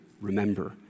remember